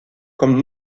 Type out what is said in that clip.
comme